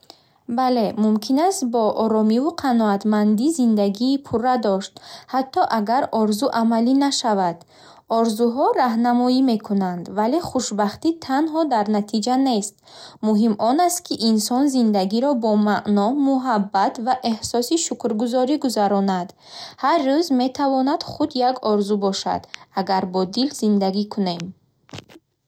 Бале, мумкин аст бо оромиву қаноатмандӣ зиндагии пурра дошт, ҳатто агар орзу амалӣ нашавад. Орзуҳо раҳнамоӣ мекунанд, вале хушбахтӣ танҳо дар натиҷа нест. Муҳим он аст, ки инсон зиндагиро бо маъно, муҳаббат ва эҳсоси шукргузорӣ гузаронад. Ҳар рӯз метавонад худ як орзу бошад, агар бо дил зиндагӣ кунем.